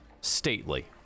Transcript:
stately